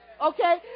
okay